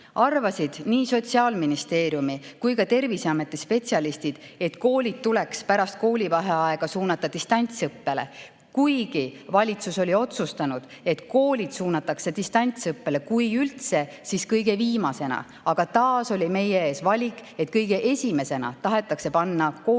arvasid nii Sotsiaalministeeriumi kui ka Terviseameti spetsialistid, et koolid tuleks pärast koolivaheaega suunata distantsõppele, kuigi valitsus oli otsustanud, et koolid suunatakse distantsõppele kui üldse, siis kõige viimasena. Aga taas oli meie ees valik, et kõige esimesena tahetakse panna koolid